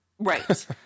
Right